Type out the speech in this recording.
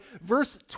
verse